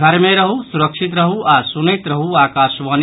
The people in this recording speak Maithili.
घर मे रहू सुरक्षित रहू आ सुनैत रहू आकाशवाणी